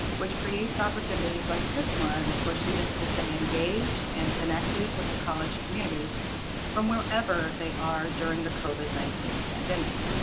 which creates opportunities like this one for students to stay engaged and connected with the college community from wherever they are during the covid nineteen pandemic.